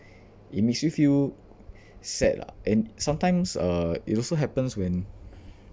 it makes you feel sad lah and sometimes uh it also happens when